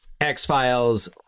X-Files